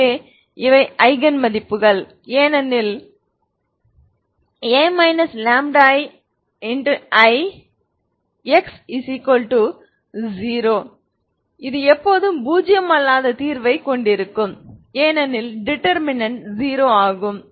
எனவே இவை ஐகன் மதிப்புகள் ஏனெனில் A iIX0 இது எப்போதும் பூஜ்யம் அல்லாத தீர்வைக் கொண்டிருக்கும் ஏனெனில் டிடெர்மினன்ட் 0 ஆகும்